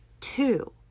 two